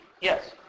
yes